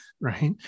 right